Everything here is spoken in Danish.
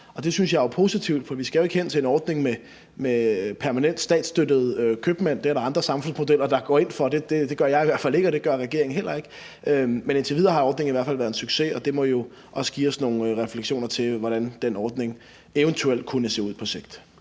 Det synes jeg er positivt, for vi skal jo ikke hen til en ordning med permanent statsstøttede købmænd. Det er der andre samfundsmodeller der går ind for, men det gør jeg i hvert fald ikke, og det gør regeringen heller ikke. Men indtil videre har ordningen i hvert fald været en succes, og det må jo også give os anledning til nogle refleksioner, i forhold til hvordan den ordning eventuelt kunne se ud på sigt.